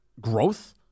growth